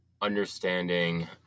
understanding